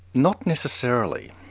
not necessarily.